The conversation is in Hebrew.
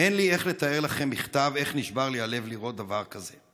אין לי איך לתאר לכם בכתב איך נשבר לי הלב לראות דבר כזה.